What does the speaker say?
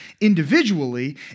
individually